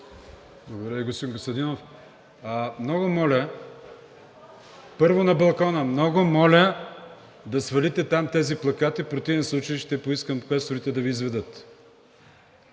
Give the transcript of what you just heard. Благодаря Ви, господин Костадинов. Много моля първо на балкона да свалите там тези плакати. В противен случай ще поискам квесторите да Ви изведат.